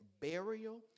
burial